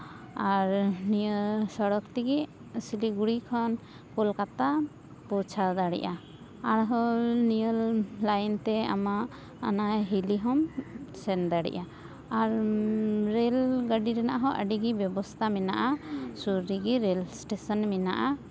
ᱟᱨ ᱱᱤᱭᱟᱹ ᱥᱚᱲᱚᱠ ᱛᱮᱜᱤ ᱥᱤᱞᱤᱜᱩᱲᱤ ᱠᱷᱚᱱ ᱠᱳᱞᱠᱟᱛᱟ ᱯᱳᱣᱪᱷᱟᱣ ᱫᱟᱲᱮᱭᱟᱜᱼᱟ ᱟᱨᱦᱚᱸ ᱱᱤᱭᱟᱹ ᱞᱟᱭᱤᱱ ᱛᱮ ᱟᱢᱟᱜ ᱚᱱᱟ ᱦᱤᱨᱤ ᱦᱚᱢ ᱥᱮᱱ ᱫᱟᱲᱮᱭᱟᱜᱼᱟ ᱟᱨ ᱨᱮᱹᱞ ᱜᱟᱹᱰᱤ ᱨᱮᱱᱟᱜ ᱦᱚᱸ ᱟᱹᱰᱤ ᱜᱮ ᱵᱮᱵᱚᱥᱛᱟ ᱢᱮᱱᱟᱜᱼᱟ ᱥᱩᱨ ᱨᱮᱜᱤ ᱨᱮᱹᱞ ᱮᱥᱴᱮᱥᱚᱱ ᱢᱮᱱᱟᱜᱼᱟ